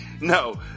No